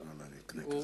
בפעם הבאה אני אקנה כזה.